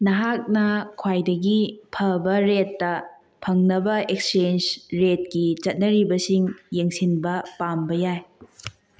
ꯅꯍꯥꯛꯅ ꯈ꯭ꯋꯥꯏꯗꯒꯤ ꯐꯕ ꯔꯦꯠꯇ ꯐꯪꯅꯕ ꯑꯦꯛꯆꯦꯟꯁ ꯔꯦꯠꯀꯤ ꯆꯠꯅꯔꯤꯕꯁꯤꯡ ꯌꯦꯡꯁꯤꯟꯕ ꯄꯥꯝꯕ ꯌꯥꯏ